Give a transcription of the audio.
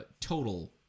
total